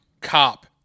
cop